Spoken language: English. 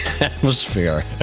atmosphere